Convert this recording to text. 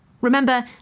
Remember